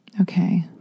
Okay